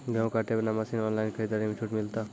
गेहूँ काटे बना मसीन ऑनलाइन खरीदारी मे छूट मिलता?